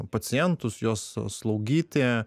pacientus juos slaugyti